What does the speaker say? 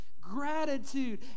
gratitude